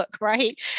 Right